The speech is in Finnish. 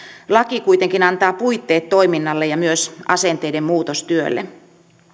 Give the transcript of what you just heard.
laki kuitenkin antaa puitteet toiminnalle ja myös asenteiden muutostyölle